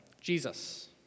Jesus